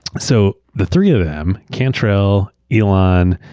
so the three of them, cantrell, elon,